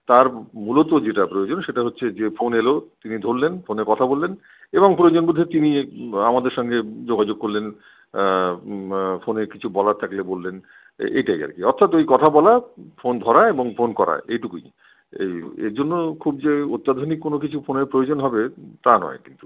তার মূলত যেটা প্রয়োজন সেটা হচ্ছে যে ফোন এলো তিনি ধরলেন ফোনে কথা বললেন এবং প্রয়োজন বোধে তিনি আমাদের সঙ্গে যোগাযোগ করলেন ফোনে কিছু বলার থাকলে বললেন এটাই আর কি অর্থাৎ ওই কথা বলা ফোন ধরা এবং ফোন করা এটুকুই এর জন্য খুব যে অত্যাধুনিক কোনো কিছু ফোনের প্রয়োজন হবে তা নয় কিন্তু